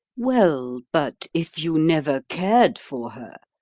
well, but if you never cared for her,